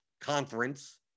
conference